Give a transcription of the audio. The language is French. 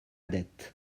dette